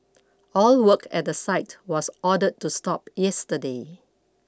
all work at the site was ordered to stop yesterday